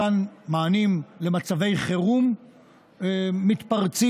מתן מענים למצבי חירום מתפרצים.